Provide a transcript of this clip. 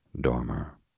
Dormer